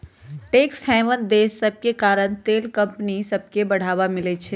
tax haven देश सभके कारण तेल कंपनि सभके बढ़वा मिलइ छै